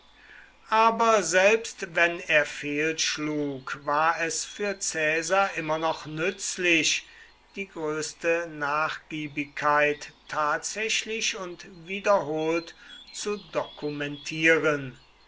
aber selbst wenn er fehlschlug war es für caesar immer noch nützlich die größte nachgiebigkeit tatsächlich und wiederholt zu dokumentieren